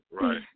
Right